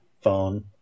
phone